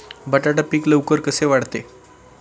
बटाटा पीक लवकर कसे वाढते?